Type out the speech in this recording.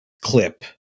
clip